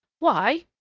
why!